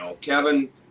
Kevin